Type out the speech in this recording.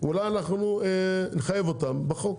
אולי אנחנו נחייב אותם בחוק.